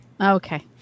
Okay